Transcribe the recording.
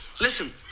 listen